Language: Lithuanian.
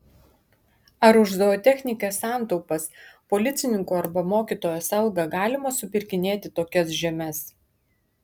ar už zootechnikės santaupas policininko arba mokytojos algą galima supirkinėti tokias žemes